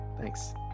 Thanks